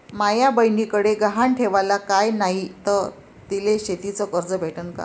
माया बयनीकडे गहान ठेवाला काय नाही तर तिले शेतीच कर्ज भेटन का?